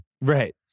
Right